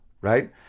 right